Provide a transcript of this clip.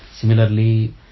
Similarly